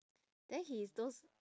then he is those